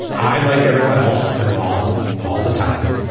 i like everyone else. i'm wrong all the time.